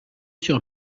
sur